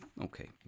Okay